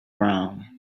brown